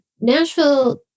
Nashville